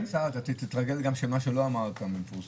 אתה תתרגל גם שמה שלא אמרת מפורסם.